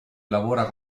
lavora